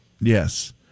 Yes